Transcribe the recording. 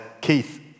Keith